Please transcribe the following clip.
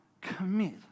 commit